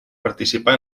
participà